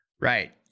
Right